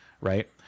right